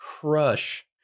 crush